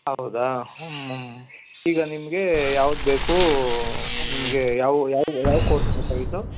ಹೌದಾ ಈಗ ನಿಮಗೆ ಯಾವ್ದು ಬೇಕು ನಿಮಗೆ ಯಾವ ಯಾವ ಯಾವ ಕೋರ್ಸ್ ಬೇಕಾಗಿತ್ತು